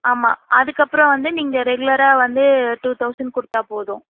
ஆமாம் அதுக்கப்புறம் வந்து நீங்கள் ரெகுலராக வந்து டூ தௌசண்ட் கொடுத்தா போதும்